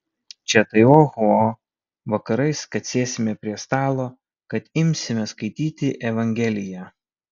čia tai oho vakarais kad sėsime prie stalo kad imsime skaityti evangeliją